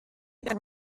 été